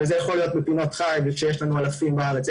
זה יכול להיות בפינות חי כשיש לנו אלפים בארץ,